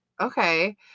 okay